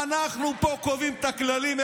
אנחנו פה קובעים את הכללים.